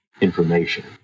information